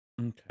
okay